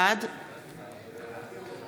בעד